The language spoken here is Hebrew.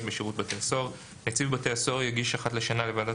בשירות בתי הסוהר 129ב. נציב בתי הסוהר יגיש אחת לשנה לוועדת